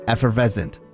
Effervescent